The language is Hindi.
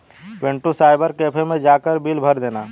पिंटू साइबर कैफे मैं जाकर बिल भर देना